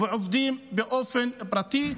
ועובדים באופן פרטי,